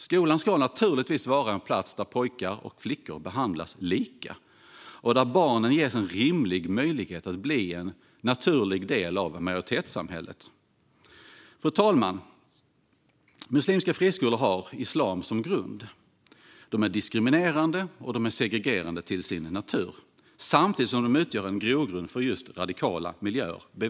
Skolan ska naturligtvis vara en plats där pojkar och flickor behandlas lika och där barnen ges en rimlig möjlighet att bli en naturlig del av majoritetssamhället. Fru talman! Muslimska friskolor har islam som grund. De är diskriminerande och segregerande till sin natur samtidigt som de bevisligen utgör en grogrund för just radikala miljöer.